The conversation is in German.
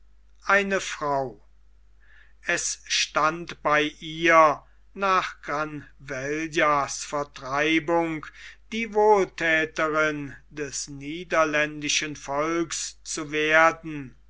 eine frau es stand bei ihr nach granvellas vertreibung die wohlthäterin des niederländischen volks zu werden